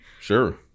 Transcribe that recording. Sure